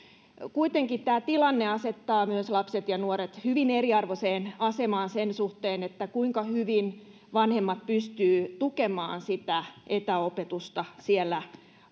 kuitenkin tämä tilanne asettaa myös lapset ja nuoret hyvin eriarvoiseen asemaan sen suhteen kuinka hyvin vanhemmat pystyvät tukemaan etäopetusta siellä